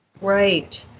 Right